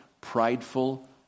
prideful